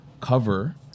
Cover